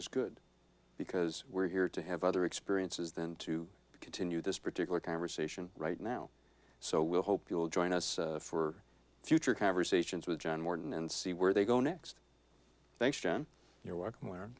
is good because we're here to have other experiences than to continue this particular conversation right now so we'll hope you'll join us for future conversations with john morton and see where they go next thanks john you're welcome where